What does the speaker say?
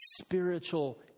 spiritual